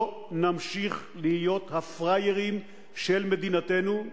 לא נמשיך להיות הפראיירים של מדינתנו,